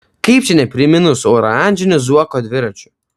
kaip čia nepriminus oranžinių zuoko dviračių